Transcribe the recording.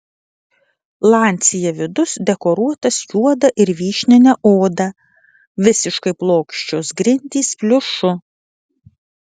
lancia vidus dekoruotas juoda ir vyšnine oda visiškai plokščios grindys pliušu